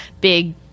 big